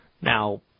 Now